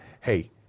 hey